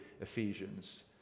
Ephesians